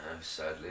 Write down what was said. sadly